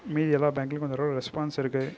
மீதி எல்லா பேங்க்லையும் கொஞ்சம் ரோ ரெஸ்பான்ஸ் இருக்கு